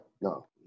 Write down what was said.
no